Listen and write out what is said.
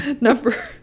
Number